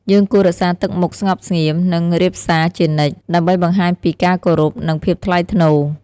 យើងគួររក្សាទឹកមុខស្ងប់ស្ងៀម និង រាបសារជានិច្ច ដើម្បីបង្ហាញពីការគោរព និង ភាពថ្លៃថ្នូរ។